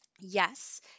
Yes